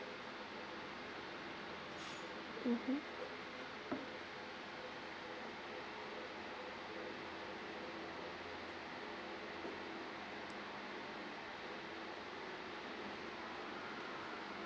mmhmm